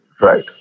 Right